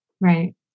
Right